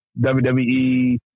WWE